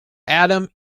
adam